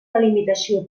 delimitació